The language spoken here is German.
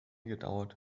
gedauert